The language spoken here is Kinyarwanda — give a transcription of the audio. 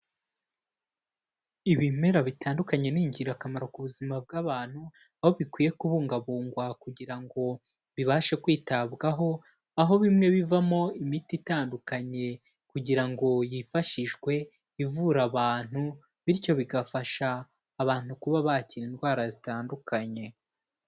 Ibimera bitandukanye ni ingirakamaro ku buzima bw'abantu, aho bikwiye kubungabungwa kugira ngo bibashe kwitabwaho, aho bimwe bivamo imiti itandukanye, kugira ngo yifashishwe ivura abantu, bityo bigafasha abantu kuba bakira indwara zitandukanye.